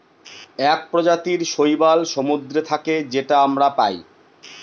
এক প্রজাতির শৈবাল সমুদ্রে থাকে যেটা আমরা পায়